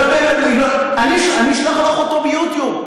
אני אשלח לך אותו ביוטיוב,